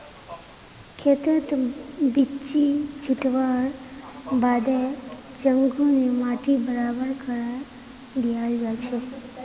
खेतत बिच्ची छिटवार बादे चंघू ने माटी बराबर करे दियाल जाछेक